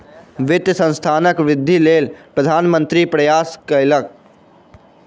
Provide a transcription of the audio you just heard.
वित्तीय संस्थानक वृद्धिक लेल प्रधान मंत्री प्रयास कयलैन